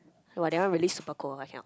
!wah! that one really super cold I cannot